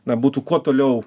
na būtų kuo toliau